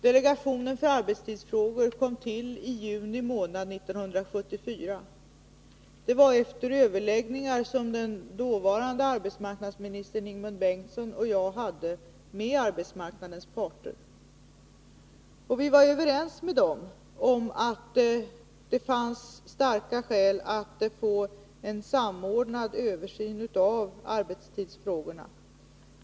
Delegationen för arbetstidsfrågor kom till i juni 1974, och det skedde efter överläggningar som den dåvarande arbetsmarknadsministern Ingemund Bengtsson och jag hade med arbetsmarknadens parter. Vi var överens med dem om att det fanns starka skäl att göra en samordnad översyn av arbetstidsfrågorna.